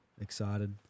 excited